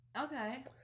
Okay